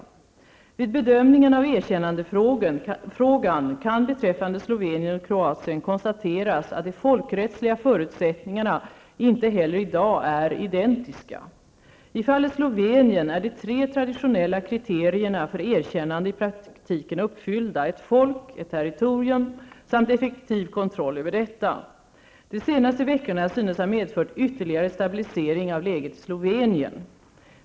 Vid bedömningen av erkännandefrågan kan beträffande Slovenien och Kroatien konstateras att de folkrättsliga förutsättningarna inte heller i dag är identiska. I fallet Slovenien är de tre traditionella kriterierna för erkännande i praktiken uppfyllda: ett folk, ett territorium samt effektiv kontroll över detta. De senaste veckorna synes ha medfört ytterligare stabilisering av läget i Slovenien.